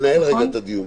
עמית, תנהל רגע את הדיון.